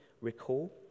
recall